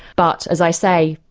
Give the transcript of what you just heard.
but as i say,